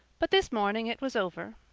but this morning it was over.